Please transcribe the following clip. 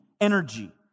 energy